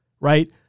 right